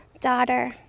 daughter